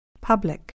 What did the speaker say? Public